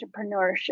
entrepreneurship